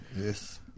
Yes